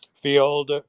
field